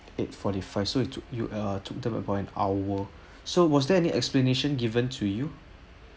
eight forty-five so it took you uh took them one and hour so was there any explanation given to you